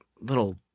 little